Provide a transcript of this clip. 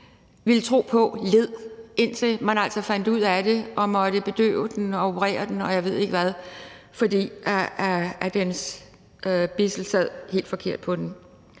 ville tro på led, indtil man altså fandt ud af det og måtte bedøve den og operere den, og jeg ved ikke hvad, fordi dens bidsel sad helt forkert på den.